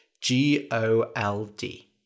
G-O-L-D